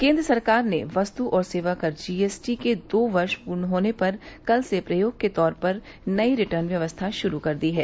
केन्द्र सरकार ने वस्तु और सेवा कर जी एस टी के दो वर्ष पूरे होने पर कल से प्रयोग के तौर पर नई रिटर्न व्यवस्था शुरू दी है